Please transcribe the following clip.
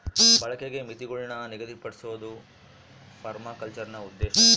ಬಳಕೆಗೆ ಮಿತಿಗುಳ್ನ ನಿಗದಿಪಡ್ಸೋದು ಪರ್ಮಾಕಲ್ಚರ್ನ ಉದ್ದೇಶ